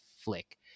flick